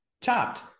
chopped